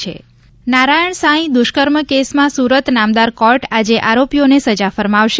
નારાયણ સાંઇ નારાયણ સાંઈ દુષ્કર્મ કેસમાં સુરત નામદાર કોર્ટ આજે આરોપીઓને સજા ફરમાવશે